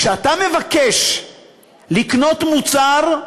כשאתה מבקש לקנות מוצר,